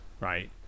right